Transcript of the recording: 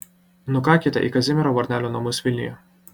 nukakite į kazimiero varnelio namus vilniuje